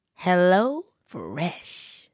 HelloFresh